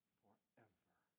forever